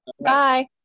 Bye